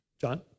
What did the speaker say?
John